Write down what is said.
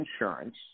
insurance